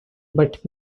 but